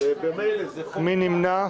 אין נמנעים,